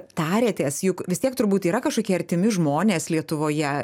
tarėtės juk vis tiek turbūt yra kažkokie artimi žmonės lietuvoje